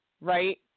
right